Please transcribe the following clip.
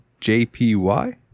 JPY